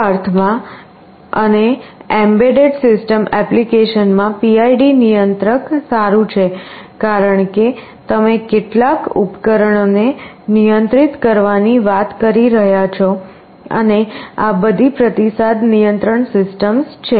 આ અર્થમાં અને એમ્બેડેડ સિસ્ટમ એપ્લિકેશનમાં PID નિયંત્રક સારું છે કારણ કે તમે કેટલાક ઉપકરણોને નિયંત્રિત કરવાની વાત કરી રહ્યાં છો અને આ બધી પ્રતિસાદ નિયંત્રણ સિસ્ટમ્સ છે